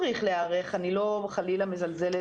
צריך להיערך, אני לא חלילה מזלזלת.